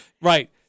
Right